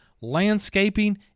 landscaping